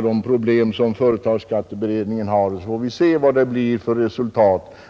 andra problem som företagsskatteberedningen har att behandla. Då får vi se vad det blir för resultat.